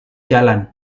jalan